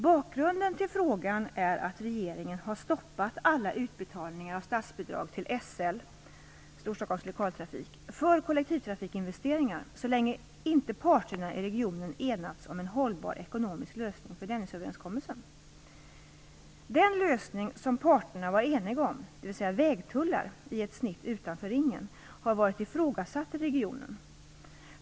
Bakgrunden till frågan är att regeringen har stoppat alla utbetalningar av statsbidrag till SL - Storstockholms Lokaltrafik - för kollektivtrafikinvesteringar så länge inte parterna i regionen enats om en hållbar ekonomisk lösning för Dennisöverenskommelsen. Den lösning som parterna var eniga om, dvs. vägtullar i ett snitt utanför Ringen, har varit ifrågasatt i regionen.